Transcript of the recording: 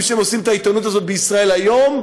שהם עושים את העיתונות הזאת ב"ישראל היום".